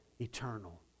eternal